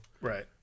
Right